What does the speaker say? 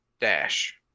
Dash